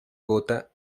gota